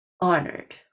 honored